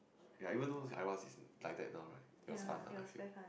ya even though is like that now it was fun lah I feel